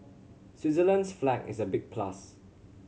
Switzerland's flag is a big plus